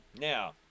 Now